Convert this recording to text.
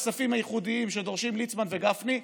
הכספים הייחודיים שדורשים ליצמן וגפני,